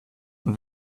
und